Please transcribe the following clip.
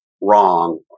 wrong